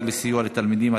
(שחרור אסירים משיקולים מדיניים או ביטחוניים),